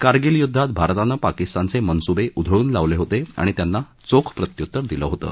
कारगिल युध्दात भारतानं पाकिस्तानचे मनसुबे उधळून लावले होते आणि त्यांना चोख प्रत्युत्तर दिलं होतं